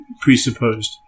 presupposed